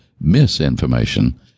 misinformation